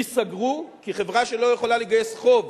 ייסגרו, כי חברה שלא יכולה לגייס חוב,